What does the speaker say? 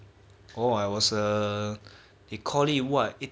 orh I was a they call it what